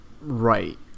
right